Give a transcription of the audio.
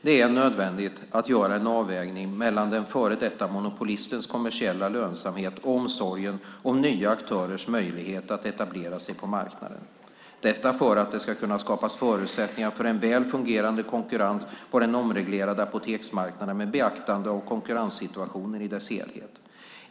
Det är nödvändigt att göra en avvägning mellan den före detta monopolistens kommersiella lönsamhet och omsorgen om nya aktörers möjligheter att etablera sig på marknaden för att det ska kunna skapas förutsättningar för en väl fungerande konkurrens på den omreglerade apoteksmarknaden med beaktande av konkurrenssituationen i dess helhet.